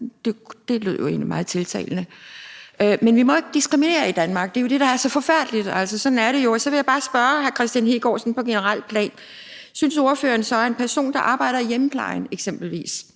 lød meget tiltalende. Men vi må ikke diskriminere i Danmark. Det er jo det, der er så forfærdeligt. Sådan er det jo. Så vil jeg bare spørge hr. Kristian Hegaard på et generelt plan, hvad ordføreren så synes, når det gælder en person, der eksempelvis